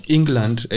England